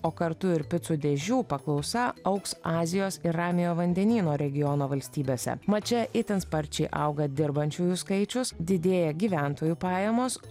o kartu ir picų dėžių paklausa augs azijos ir ramiojo vandenyno regiono valstybėse mat čia itin sparčiai auga dirbančiųjų skaičius didėja gyventojų pajamos